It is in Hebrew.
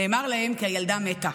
נאמר להם כי הילדה מתה.